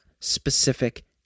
specific